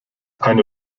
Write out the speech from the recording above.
eine